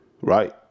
right